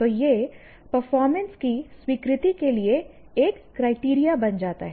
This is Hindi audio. तो यह परफॉर्मेंस की स्वीकृति के लिए एक क्राइटेरिया बन जाता है